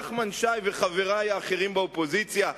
נחמן שי וחברי האחרים באופוזיציה,